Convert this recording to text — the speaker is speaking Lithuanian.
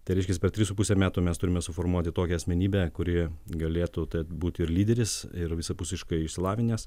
tai reiškias per tris su puse metų mes turime suformuoti tokią asmenybę kuri galėtų būt ir lyderis ir visapusiškai išsilavinęs